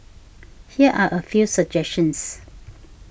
here are a few suggestions